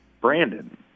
Brandon